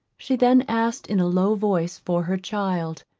she then asked in a low voice, for her child